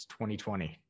2020